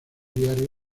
diario